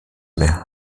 mehr